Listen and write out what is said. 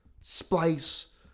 Splice